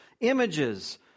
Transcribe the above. images